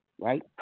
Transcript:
Right